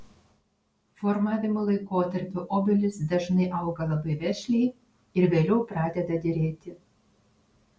formavimo laikotarpiu obelys dažnai auga labai vešliai ir vėliau pradeda derėti